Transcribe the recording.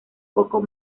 poco